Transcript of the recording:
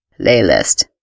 Playlist